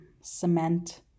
cement